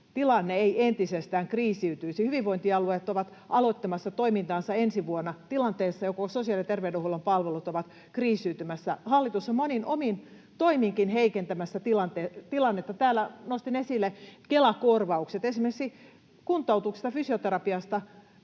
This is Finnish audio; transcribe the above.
tilanne ei entisestään kriisiytyisi? Hyvinvointialueet ovat aloittamassa toimintansa ensi vuonna tilanteessa, jossa sosiaali- ja terveydenhuollon palvelut ovat kriisiytymässä. Hallitus on monin omin toiminkin heikentämässä tilannetta. Täällä nostin esille Kela-korvaukset. Esimerkiksi kuntoutuksesta, fysioterapiasta